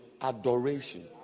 adoration